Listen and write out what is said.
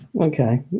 Okay